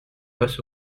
passe